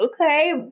okay